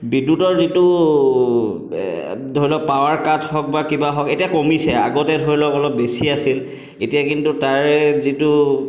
বিদ্যুতৰ যিটো ধৰি লওক পাৱাৰ কাট হওক বা কিবা হওক এতিয়া কমিছে আগতে ধৰি লওক অলপ বেছি আছিল এতিয়া কিন্তু তাৰে যিটো